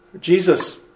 Jesus